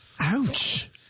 Ouch